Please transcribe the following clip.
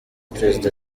perezida